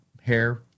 hair